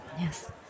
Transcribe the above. Yes